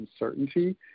uncertainty